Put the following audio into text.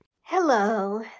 Hello